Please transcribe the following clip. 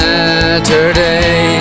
Saturday